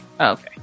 Okay